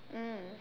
mm